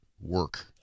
work